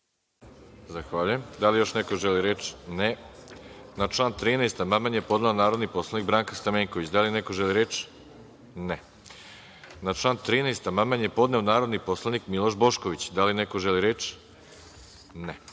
Zahvaljujem. Da li još neko želi reč? (Ne.)Na član 13. amandman je podnela narodni poslanik Branka Stamenković. Da li neko želi reč? (Ne.)Na član 13. amandman je podneo narodni poslanik Miloš Bošković. Da li neko želi reč?